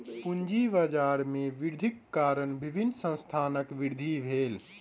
पूंजी बाजार में वृद्धिक कारण विभिन्न संस्थानक वृद्धि भेल